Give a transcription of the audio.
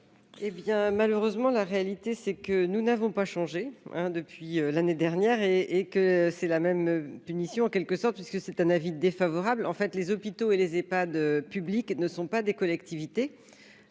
Eh bien, malheureusement, la réalité c'est que nous n'avons pas changé hein depuis l'année dernière et et que c'est la même punition en quelque sorte puisque c'est un avis défavorable en fait, les hôpitaux et les Ephad public ne sont pas des collectivités,